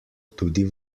tudi